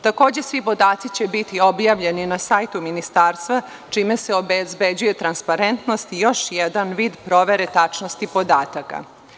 Takođe, svi podaci će biti objavljeni na sajtu Ministarstva, čime se obezbeđuje transparentnost i još jedan vid provere tačnosti podataka.